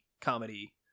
comedy